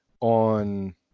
on